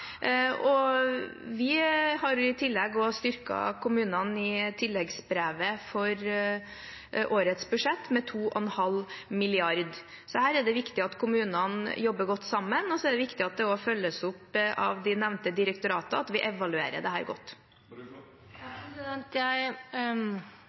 Vi har i tillegg, gjennom tilleggsbrevet, også styrket kommunene i årets budsjett med 2,5 mrd. kr. Her er det viktig at kommunene jobber godt sammen, og det er viktig at det også følges opp av de nevnte direktoratene, og at vi evaluerer